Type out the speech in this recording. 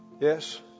Yes